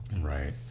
Right